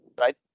Right